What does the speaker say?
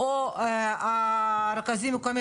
של אנשים שהבתים שלהם הופגזו.